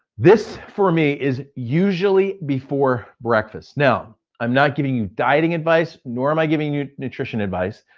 this for me, is usually before breakfast. now i'm not giving you dieting advice, nor am i giving you nutrition advice,